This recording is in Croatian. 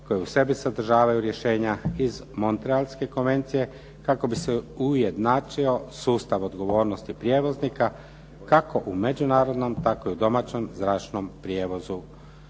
koje u sebi sadržavaju rješenja iz Montrealske konvencije, kako bi se ujednačio sustav odgovornosti prijevoznika kako u međunarodnom, tako i u domaćem zračnom prijevozu